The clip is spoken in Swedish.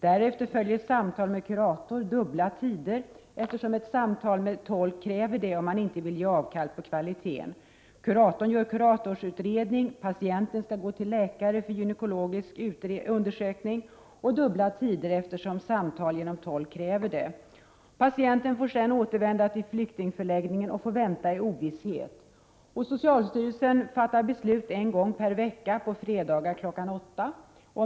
Därefter följer samtal med kurator. Det behövs dubbla tider, eftersom ett samtal med hjälp av tolk kräver det, om man inte vill ge avkall på kvaliteten. Kuratorn gör en kuratorsutredning. Patienten går till läkare för gynekologisk undersökning. Det behövs återigen dubbla tider, eftersom samtal med hjälp av tolk kräver det. Patienten får sedan återvända till flyktingförläggningen och vänta i ovisshet. Socialstyrelsen fattar beslut en gång per vecka, på fredagar kl. 8.00.